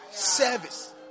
service